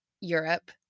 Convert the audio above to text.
Europe